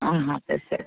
ಹಾಂ ಹಾಂ ಸರ್ ಸರಿ ಸರಿ